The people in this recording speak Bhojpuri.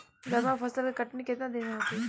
गर्मा फसल के कटनी केतना दिन में होखे?